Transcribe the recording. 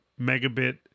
megabit